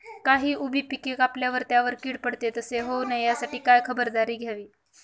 काही उभी पिके कापल्यावर त्यावर कीड पडते, तसे होऊ नये यासाठी काय खबरदारी घ्यावी?